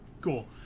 Cool